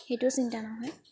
সেইটোও চিন্তা নহয়